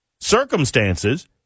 circumstances